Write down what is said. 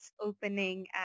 opening